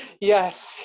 yes